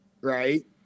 right